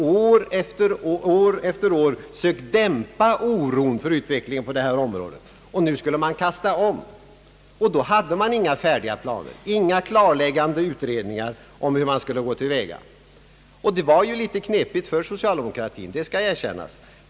År efter år hade man sökt dämpa oron för utvecklingen på detta område, nu skulle man kasta om men hade inge färdiga planer, inga klarläggande utredningar om hur man borde gå till väga. Situationen var litet knepig för socialdemokratin, det skall erkännas.